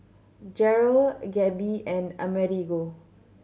Jerrold Gabe and Amerigo